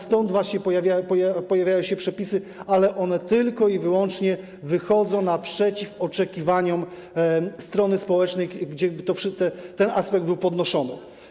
Stąd właśnie pojawiają się te przepisy, ale one tylko i wyłącznie wychodzą naprzeciw oczekiwaniom strony społecznej, gdzie ten aspekt był podnoszony.